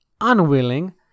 unwilling